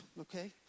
okay